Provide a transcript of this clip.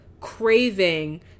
craving